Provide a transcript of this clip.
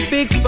Big